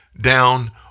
down